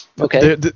okay